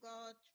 God